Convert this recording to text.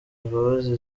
imbabazi